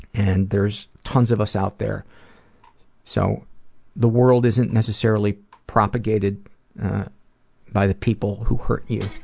and, there's tons of us out there so the world isn't necessarily propagated by the people who hurt you.